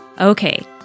Okay